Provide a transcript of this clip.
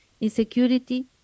insecurity